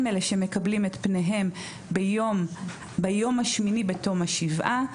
הם אלה שמקבלים את פניהם ביום השמיני בתום ה"שבעה",